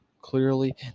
Clearly